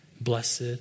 Blessed